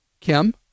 kim